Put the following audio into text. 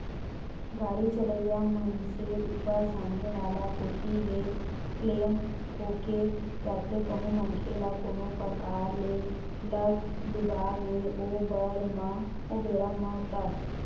गाड़ी चलइया मनसे ऊपर सामने वाला कोती ले क्लेम ठोंके जाथे कहूं मनखे ल कोनो परकार ले लग लुगा गे ओ बेरा म ता